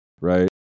right